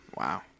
Wow